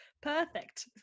Perfect